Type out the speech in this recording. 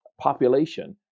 population